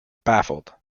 baffled